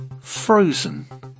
Frozen